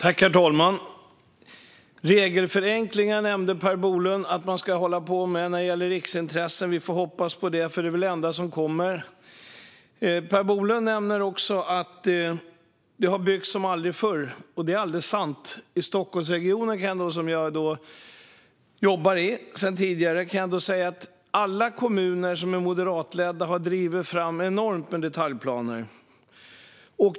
Herr talman! Regelförenklingar nämner Per Bolund att man ska hålla på med när det gäller riksintressen. Vi får hoppas det, för det är väl det enda som kommer. Per Bolund nämner också att det har byggts som aldrig förr. Det är alldeles sant. I Stockholmsregionen, som jag jobbar i sedan tidigare, har alla moderatledda kommuner drivit fram enormt många detaljplaner.